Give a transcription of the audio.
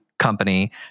company